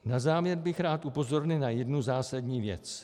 Na závěr bych rád upozornil na jednu zásadní věc.